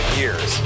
years